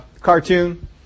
cartoon